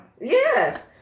Yes